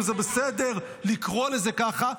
וזה בסדר לקרוא לזה ככה,